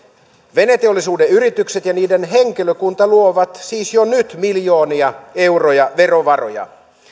veneteollisuuden yritykset ja niiden henkilökunta luovat siis jo nyt miljoonia euroja verovaroja